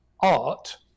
art